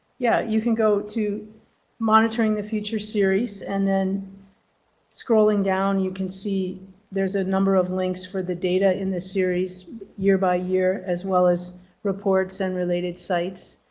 yeah you can go to monitoring the future series and then scrolling down you can see there's a number of links for the data in this series year by year as well as reports and related sites.